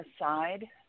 aside